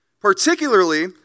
Particularly